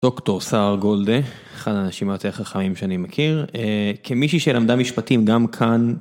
דוקטור סער גולדה, אחד האנשים היותי החכמים שאני מכיר, כמישהי שלמדה משפטים גם כאן.